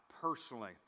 personally